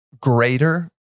greater